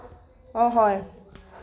অঁ হয়